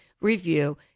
review